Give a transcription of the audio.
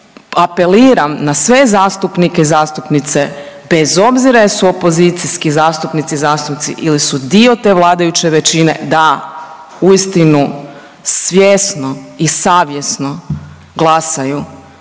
apeliram na sve zastupnike i zastupnice bez obzira jesu opozicijski zastupnici, zastupnici ili su dio te vladajuće većine da uistinu svjesno i savjesno glasaju